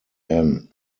anne